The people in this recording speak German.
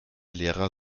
lehrer